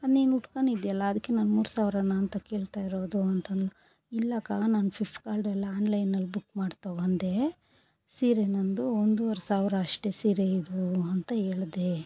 ನೀನು ಉಟ್ಕೊಂಡಿದ್ದೆ ಅಲ್ಲ ಅದಕ್ಕೆ ನಾನು ಮೂರು ಸಾವಿರಾನಾ ಅಂತ ಕೇಳ್ತಾಯಿರೋದು ಅಂತಂದಳು ಇಲ್ಲ ಅಕ್ಕ ನಾನು ಫಿಪ್ಕಾರ್ಟ್ಲ್ಲಿ ಆನ್ಲೈನ್ಲ್ಲಿ ಬುಕ್ ಮಾಡಿ ತಗೊಂಡೆ ಸೀರೆ ನಂದು ಒಂದ್ವರೆ ಸಾವಿರ ಅಷ್ಟೇ ಸೀರೆ ಇದು ಅಂತ ಹೇಳಿದೆ